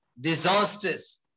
disasters